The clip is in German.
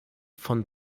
von